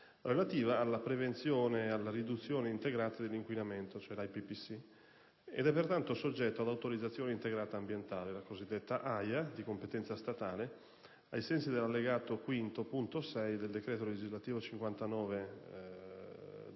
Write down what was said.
relativa alla prevenzione ed alla riduzione integrate dell'inquinamento (IPPC) ed è pertanto soggetto ad autorizzazione integrata ambientale (la cosiddetta AIA), di competenza statale, ai sensi dell'allegato V, punto 6), del decreto legislativo n.